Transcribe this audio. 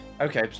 Okay